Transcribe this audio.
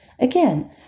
Again